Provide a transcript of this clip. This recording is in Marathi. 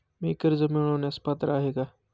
मी कर्ज मिळवण्यास पात्र आहे का?